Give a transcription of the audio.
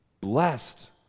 blessed